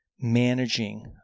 managing